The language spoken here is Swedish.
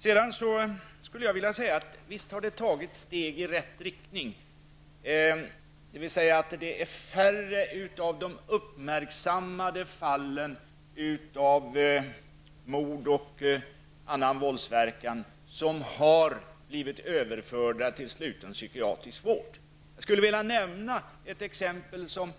Sedan skulle jag vilja säga att visst har det tagits steg i rätt riktning, dvs. att färre av de uppmärksammade förövarna av mord och annan våldsverkan har blivit överförda till sluten psykiatrisk vård. Jag skulle vilja nämna ett exempel, ett fall som